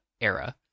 era